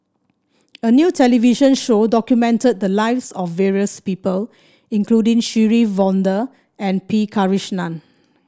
a new television show documented the lives of various people including Shirin Fozdar and P Krishnan